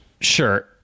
Sure